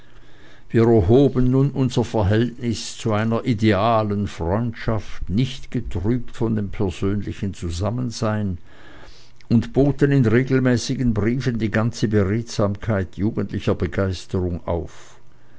wir erhoben nun unser verhältnis zu einer idealen freundschaft nicht getrübt von dem persönlichen zusammensein und boten in regelmäßigen briefen die ganze beredsamkeit jugendlicher begeisterung auf